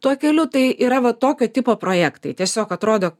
tuo keliu tai yra va tokio tipo projektai tiesiog atrodo